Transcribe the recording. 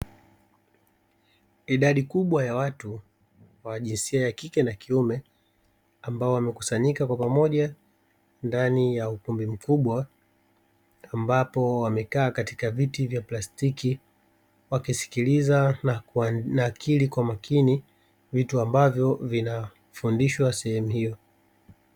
Idadi kubwa ya watu wa jinsia ya kike na kiume ambao wamekusanyika kwa pamoja ndani ya ukumbi mkubwa, ambapo wamekaa katika viti vya plastiki wakisikiliza na kunakili kwa makini vitu ambavyo vinafundishwa sehemu hiyo.